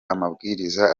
amabwiriza